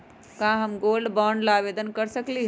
का हम gold bond ला आवेदन कर सकली ह?